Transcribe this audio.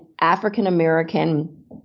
African-American